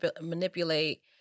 manipulate